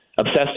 Obsessed